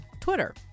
Twitter